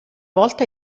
volta